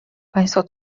państwo